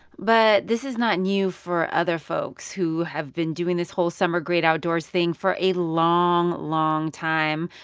but this is not new for other folks who have been doing this whole summer great outdoors thing for a long, long time.